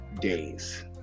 days